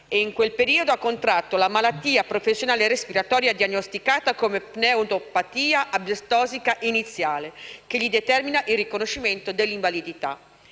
e in quel periodo ha contratto la «malattia professionale respiratoria diagnosticata come pneumopatia asbestotica iniziale», che gli determina il riconoscimento dell'invalidità.